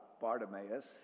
Bartimaeus